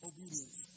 obedience